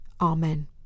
Amen